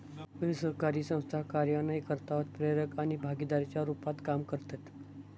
असरकारी संस्था कार्यान्वयनकर्ता, उत्प्रेरक आणि भागीदाराच्या रुपात काम करतत